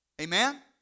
Amen